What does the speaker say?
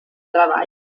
treball